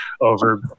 over